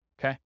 Okay